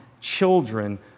children